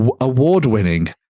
award-winning